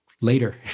later